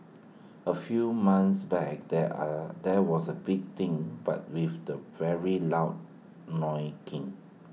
A few months back there are there was A big thing but with very loud honking